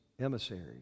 emissaries